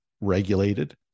regulated